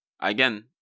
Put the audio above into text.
again